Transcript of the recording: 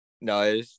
no